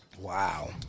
Wow